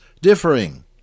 differing